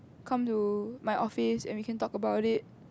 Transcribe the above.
come to my office and we can talk about it